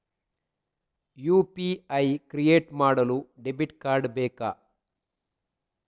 UPI create ಮಾಡಲು debit card ಬೇಕಾ?